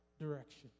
direction